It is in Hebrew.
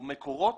מקורות